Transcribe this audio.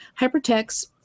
hypertext